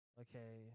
okay